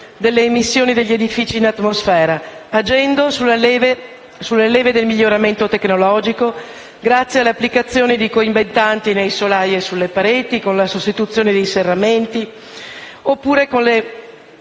delle emissioni degli edifici in atmosfera agendo sulle leve del miglioramento tecnologico grazie all'applicazione di coibentanti nei solai e sulle pareti, con la sostituzione di serramenti o degli